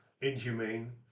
inhumane